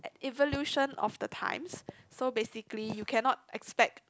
evolution of the times so basically you cannot expect